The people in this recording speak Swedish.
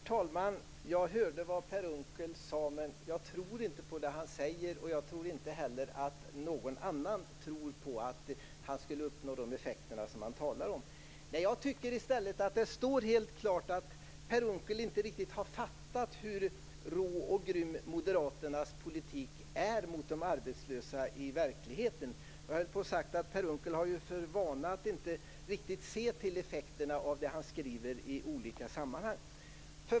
Herr talman! Jag hörde vad Per Unckel sade, men jag tror inte på det han säger. Jag tror inte heller att någon annan tror på att han skulle uppnå de effekter han talar om. Jag tycker i stället att det står helt klart att Per Unckel inte riktigt har fattat hur rå och grym Moderaternas politik i verkligheten är mot de arbetslösa. Jag höll på att säga att Per Unckel har för vana att inte riktigt se till effekterna av det han skriver i olika sammanhang.